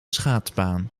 schaatsbaan